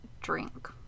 drink